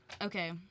Okay